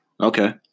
Okay